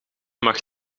mag